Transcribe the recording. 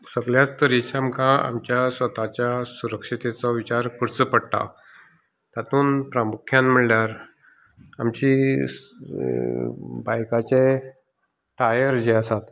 सगळ्याच तरेच्या आमकां आमच्या स्वताच्या सुरक्षेचो विचार करचो पडटा तातूंत प्रामुख्यान म्हणल्यार आमची बायकाचे टायर जे आसात